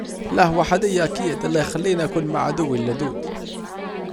لاه وحديا اكيد، ايه الي هيخليني اكون مع عدوي اللدود